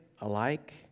alike